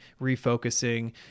refocusing